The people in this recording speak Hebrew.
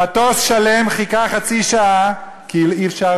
מטוס שלם חיכה חצי שעה כי אי-אפשר,